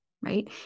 right